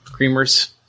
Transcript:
creamers